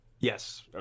Yes